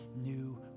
new